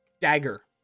dagger